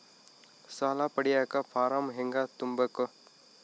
ಸಾಲ ಪಡಿಯಕ ಫಾರಂ ಹೆಂಗ ತುಂಬಬೇಕು?